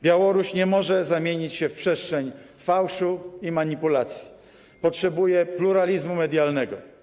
Białoruś nie może zamienić się w przestrzeń fałszu i manipulacji, potrzebuje pluralizmu medialnego.